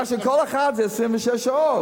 גם כן כל אחת 26 שעות.